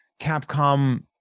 Capcom